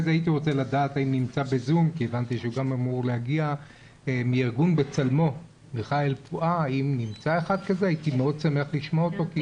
אני רוצה לדעת אם נמצא בזום מישהו מארגון "בצלמו" הייתי שמח לשמוע אותו.